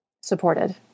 supported